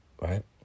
right